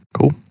cool